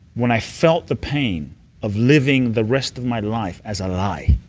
when i felt the pain of living the rest of my life as a lie,